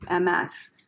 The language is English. MS